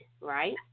right